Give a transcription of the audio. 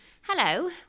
Hello